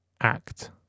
act